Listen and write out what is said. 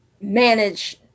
manage